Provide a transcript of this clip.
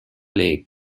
lake